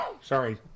Sorry